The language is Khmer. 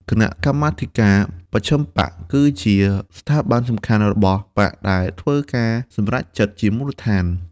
គណៈកម្មាធិការមជ្ឈិមបក្សគឺជាស្ថាប័នសំខាន់របស់បក្សដែលធ្វើការសម្រេចចិត្តជាមូលដ្ឋាន ។